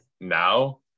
now